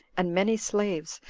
and many slaves,